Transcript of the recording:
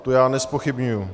Tu já nezpochybňuji.